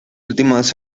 últimos